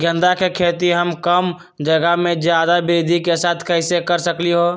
गेंदा के खेती हम कम जगह में ज्यादा वृद्धि के साथ कैसे कर सकली ह?